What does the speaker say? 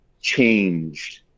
changed